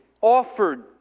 offered